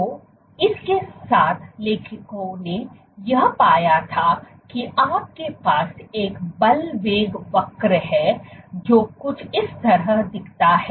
तो इस के साथ लेखकों ने यह पाया था की आपके पास एक बल वेग वक्र है जो कुछ इस तरह दिखता है